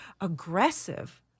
aggressive